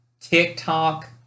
TikTok